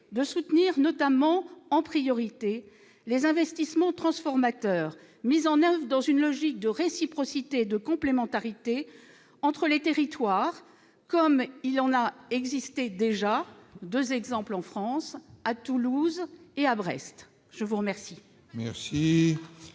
de soutenir en priorité, notamment, les investissements transformateurs mis en oeuvre dans une logique de réciprocité et de complémentarité entre les territoires, comme il en a déjà existé deux exemples en France, à Toulouse et à Brest. La parole